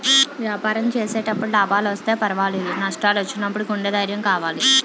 వ్యాపారం చేసేటప్పుడు లాభాలొస్తే పర్వాలేదు, నష్టాలు వచ్చినప్పుడు గుండె ధైర్యం కావాలి